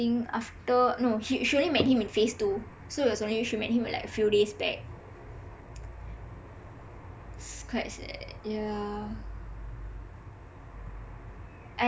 think after no she she only met him in phase two so that means she only met him a few days back it's quite sad yah